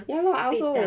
ya lah I also